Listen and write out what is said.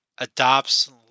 adopts